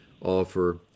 offer